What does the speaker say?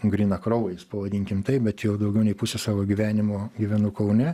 grynakraujis pavadinkim taip bet jau daugiau nei pusę savo gyvenimo gyvenu kaune